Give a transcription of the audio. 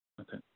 Okay